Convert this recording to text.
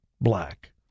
black